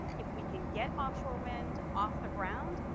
if we can get offshore wind off the ground,